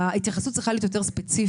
ההתייחסות צריכה להיות יותר ספציפית.